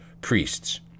Priests